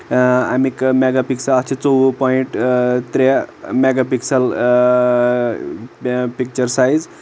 اں امیٕکۍ mega pixel اتھ چھِ ژووُہ پوینٹ اں ترٛےٚ میگا پکسٕل اں پکچر سایز